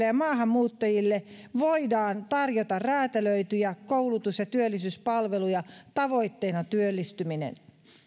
ja maahanmuuttajille voidaan tarjota räätälöityjä koulutus ja työllisyyspalveluja tavoitteena työllistyminen